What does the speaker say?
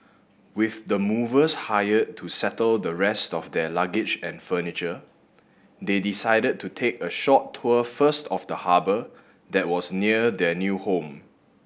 with the movers hired to settle the rest of their luggage and furniture they decided to take a short tour first of the harbour that was near their new home